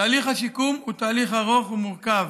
תהליך השיקום הוא תהליך ארוך ומורכב,